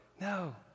no